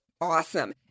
awesome